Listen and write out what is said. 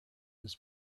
his